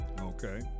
okay